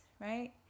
right